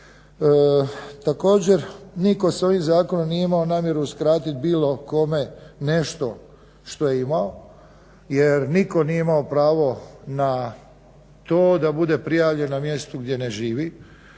Također, nitko s ovim zakonom nije imao namjeru uskratit bilo kome nešto što je imao jer nitko nije imao pravo na to da bude prijavljen na mjestu gdje ne živi